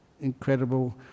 incredible